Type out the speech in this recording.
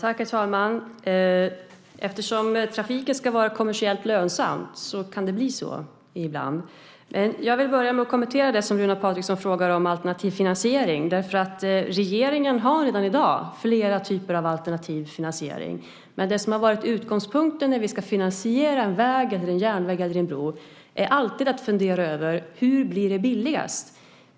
Herr talman! Eftersom trafiken ska vara kommersiellt lönsam kan det bli så ibland. Jag ska först kommentera det som Runar Patriksson frågar om alternativ finansiering. Regeringen har redan i dag flera typer av alternativ finansiering. Det som har varit utgångspunkten när vi ska finansiera en väg, en järnväg eller en bro är alltid att fundera över hur det blir billigast.